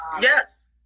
Yes